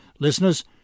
Listeners